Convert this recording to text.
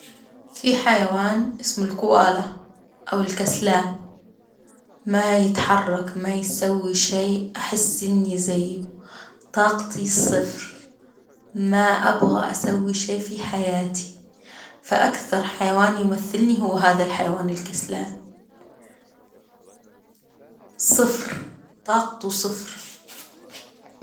في حيوان إسمه القوالة أو الكسلان، ما يتحرك ما يسوي شيء، أحس إني زيه، طاقتي صفر، ما أبغى أسوي شيء في حياتي، فأكثر حيواني يمثلني هو هذا الحيوان الكسلان، صفر طاقته صفر.